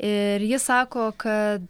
ir ji sako kad